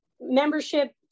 membership